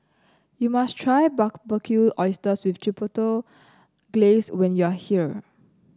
you must try Barbecued Oysters with Chipotle Glaze when you are here